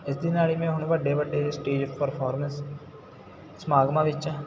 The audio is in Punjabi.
ਇਸ ਦੇ ਨਾਲ ਹੀ ਮੈਂ ਹੁਣ ਵੱਡੇ ਵੱਡੇ ਸਟੇਜ ਪਰਫੋਰਮੈਂਸ ਸਮਾਗਮਾਂ ਵਿੱਚ